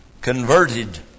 converted